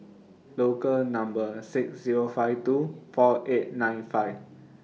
Local Number six Zero five two four eight nine five